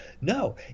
No